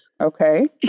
Okay